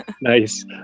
Nice